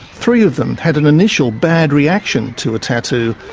three of them had an initial bad reaction to a tattoo.